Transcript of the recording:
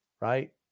right